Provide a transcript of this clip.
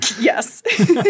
Yes